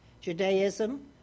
Judaism